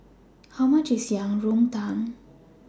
How much IS Yang Rou Tang